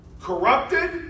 corrupted